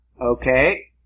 Okay